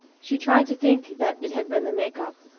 she tried to think that it had been the make-up,